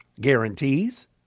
guarantees